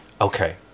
Okay